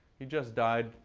he just died,